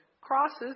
Crosses